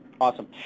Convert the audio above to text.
Awesome